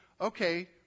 okay